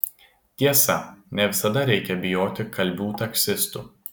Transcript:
tiesa ne visada reikia bijoti kalbių taksistų